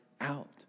out